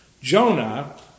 Jonah